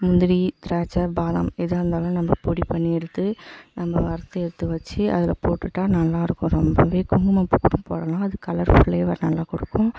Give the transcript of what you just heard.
முந்திரி திராட்சை பாதாம் எதாக இருந்தாலும் நம்ம பொடி பண்ணி எடுத்து நம்ம வறுத்து எடுத்து வைச்சி அதில் போட்டுவிட்டா நல்லா இருக்கும் ரொம்ப குங்குமப்பூ கூட போடலாம் அது கலர் ஃப்ளேவர் நல்லா கொடுக்கும்